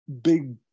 big